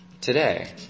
Today